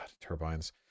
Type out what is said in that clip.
turbines